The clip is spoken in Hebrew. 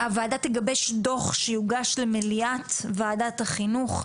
3.הוועדה תגבש דו"ח שיוגש למליאת ועדת החינוך,